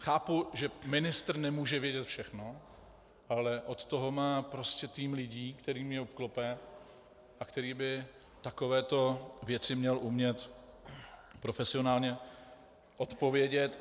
Chápu, že ministr nemůže vědět všechno, ale od toho má tým lidí, kterými je obklopen a který by takové věci měl umět profesionálně odpovědět.